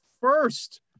first